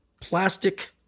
plastic